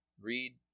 Read